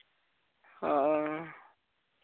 ᱦᱚᱸ